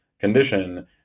condition